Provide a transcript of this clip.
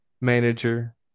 manager